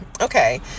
okay